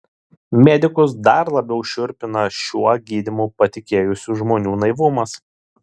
medikus dar labiau šiurpina šiuo gydymu patikėjusių žmonių naivumas